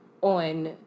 on